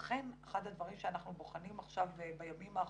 ולכן אחד הדברים שאנחנו בוחנים עכשיו בימים האחרונים,